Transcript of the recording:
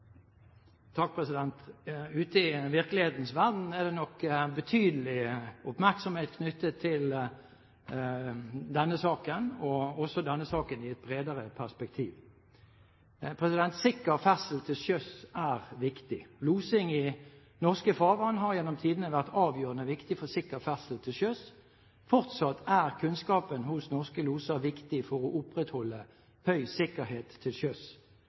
nok betydelig oppmerksomhet knyttet til denne saken, og også til saken i et bredere perspektiv. Sikker ferdsel til sjøs er viktig. Losing i norske farvann har gjennom tidene vært avgjørende viktig for sikker ferdsel til sjøs. Fortsatt er kunnskapen hos norske loser viktig for å opprettholde høy sikkerhet til sjøs.